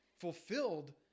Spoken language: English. fulfilled